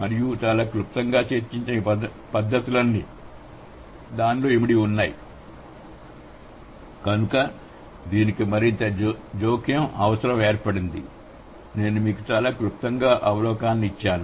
మరియు చాలా క్లుప్తంగా చర్చించిన ఈ పద్ధతులన్నీ దానిలో ఉన్నాయి కనుక దీనికి మరింత జోక్యం అవసరం ఏర్పడింది నేను మీకు చాలా క్లుప్తంగా అవలోకనాన్ని ఇచ్చాను